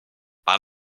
par